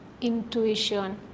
intuition